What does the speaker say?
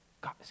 God